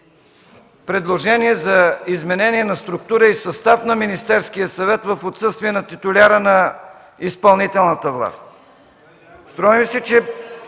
предложение за изменение на структура и състав на Министерския съвет в отсъствие на титуляра на изпълнителната власт.